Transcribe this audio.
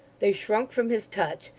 they shrunk from his touch,